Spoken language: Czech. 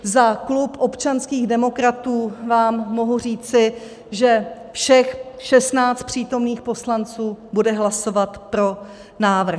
Za klub občanských demokratů vám mohu říci, že všech 16 přítomných poslanců bude hlasovat pro návrh.